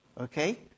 okay